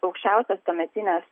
aukščiausios tuometinės